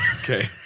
okay